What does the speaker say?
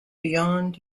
beyond